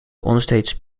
onstage